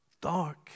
dark